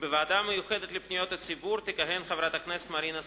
בוועדה המיוחדת לפניות הציבור תכהן חברת הכנסת מרינה סולודקין.